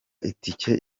itike